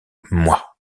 moi